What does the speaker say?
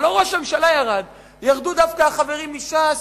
אבל לא ראש הממשלה ירד, ירדו דווקא החברים מש"ס